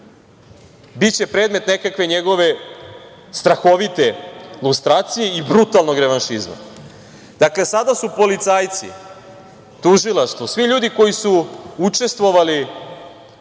biće predmet nekakve njegove strahovite lustracije i brutalnog revanšizma. Sada su policajci, tužilaštvo, svi ljudi koji su učestvovali